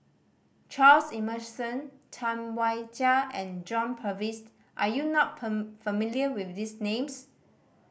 Charles Emmerson Tam Wai Jia and John Purvis are you not familiar with these names